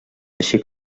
així